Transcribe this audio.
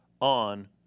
on